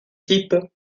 type